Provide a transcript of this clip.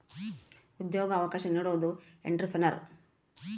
ಉದ್ಯೋಗ ಅವಕಾಶ ನೀಡೋದು ಎಂಟ್ರೆಪ್ರನರ್